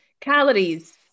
calories